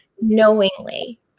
knowingly